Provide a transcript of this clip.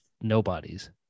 nobodies